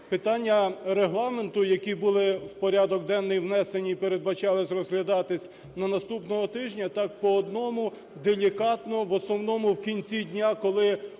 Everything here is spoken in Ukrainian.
Питання Регламенту, які були в порядок денний внесені і передбачалось розглядати на наступному тижні, так по одному делікатно, в основному в кінці дня, коли увага